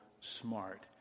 smart